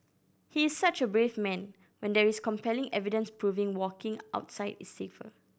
he is such a brave man when there is compelling evidence proving walking outside is safer